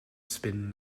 spin